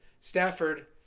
Stafford